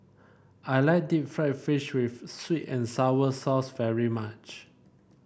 I like Deep Fried Fish with sweet and sour sauce very much